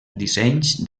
dissenys